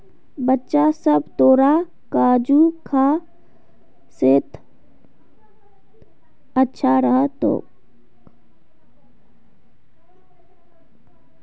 बच्चा सब, तोरा काजू खा सेहत अच्छा रह तोक